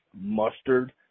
mustard